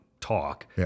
talk